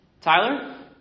Tyler